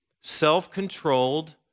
self-controlled